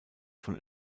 von